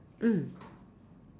mm